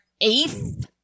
eighth